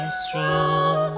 strong